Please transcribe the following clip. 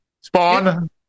spawn